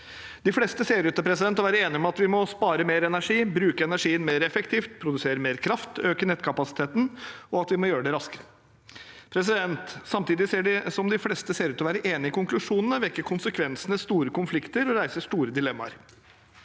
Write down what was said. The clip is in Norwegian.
De fleste ser ut til å være enige om at vi må spare mer energi, bruke energien mer effektivt, produsere mer kraft og øke nettkapasiteten, og at vi må gjøre det raskt. Samtidig som de fleste ser ut til å være enig i konklusjonene, vekker konsekvensene store konflikter og reiser store dilemmaer.